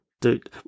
dude